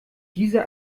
diese